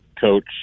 coach